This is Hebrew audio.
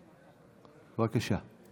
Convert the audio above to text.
בבקשה.